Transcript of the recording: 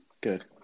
Good